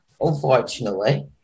unfortunately